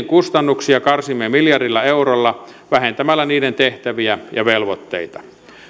kustannuksia karsimme miljardilla eurolla vähentämällä niiden tehtäviä ja velvoitteita